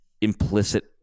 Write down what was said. implicit